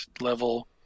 level